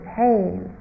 pain